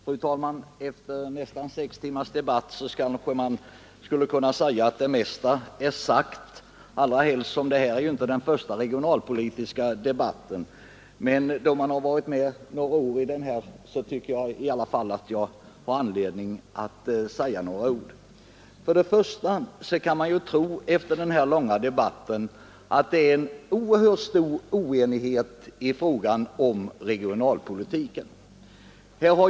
Fru talman! Efter nästan sex timmars debatt kunde kanske det mesta vara sagt, särskilt som detta inte är den första regionalpolitiska debatten. Eftersom jag medverkat i dessa frågor några år vill jag dock säga några ord. För det första kan man tro efter den här långa debatten att det är en oerhört stor oenighet inom regionalpolitiken.